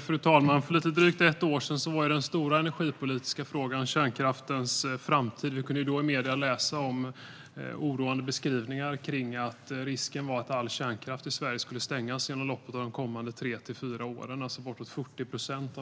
Fru talman! För lite drygt ett år sedan var den stora energipolitiska frågan kärnkraftens framtid. Vi kunde då i medierna läsa oroande beskrivningar om att risken var att all kärnkraft i Sverige skulle stängas inom loppet av de kommande tre till fyra åren, alltså närmare 40 procent